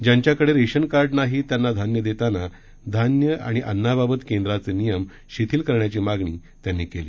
ज्यांच्याकडे रेशनकार्ड नाही त्यांना धान्य देतांना धान्य आणि अन्नाबाबत केंद्राचे नियम शिथील करण्याची मागणी त्यांनी केली